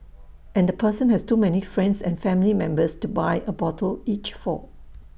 and the person has too many friends and family members to buy A bottle each for